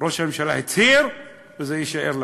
ראש הממשלה הצהיר, וזה יישאר לפרוטוקול.